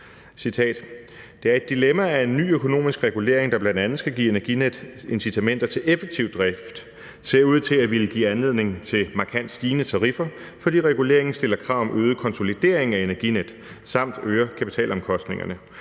»Det er et dilemma, at en ny økonomisk regulering, der blandt andet skal give Energinet incitamenter til effektiv drift, ser ud til at ville give anledning til markant stigende tariffer, fordi reguleringen stiller krav om øget konsolidering af Energinet, samt øger kapitalomkostningerne.